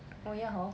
oh ya hor